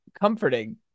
comforting